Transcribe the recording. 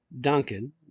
Duncan